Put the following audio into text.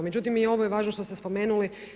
Međutim, i ovo je važno što ste spomenuli.